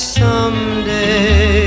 someday